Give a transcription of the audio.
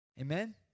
Amen